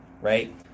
right